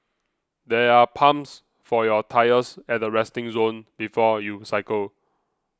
there are pumps for your tyres at the resting zone before you cycle